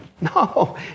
No